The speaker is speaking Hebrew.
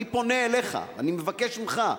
אני פונה אליך, אני מבקש ממך: